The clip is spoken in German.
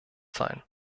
sein